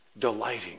delighting